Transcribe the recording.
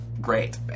great